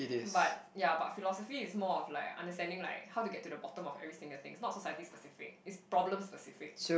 but ya but philosophy is more of like understanding like how to get to the bottom of everything I think it's not society specific it's problem specific